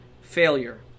failure